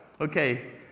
Okay